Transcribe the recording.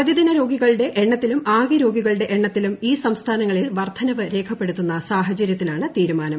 പ്രതിദിന രോഗികളുടെ എണ്ണത്തിലും ആകെ രോഗികളുടെ എണ്ണത്തിലും ഈ സംസ്ഥാനങ്ങളിൽ വർദ്ധനവ് രേഖപ്പെടുത്തുന്ന സാഹചര്യത്തിലാണ് തീരുമാനം